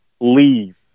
Leave